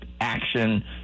action